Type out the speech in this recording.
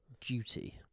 duty